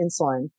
insulin